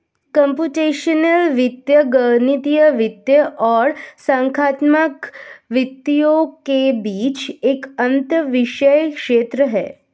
computational वित्त गणितीय वित्त और संख्यात्मक विधियों के बीच एक अंतःविषय क्षेत्र है